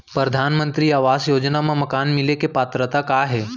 परधानमंतरी आवास योजना मा मकान मिले के पात्रता का हे?